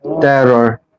terror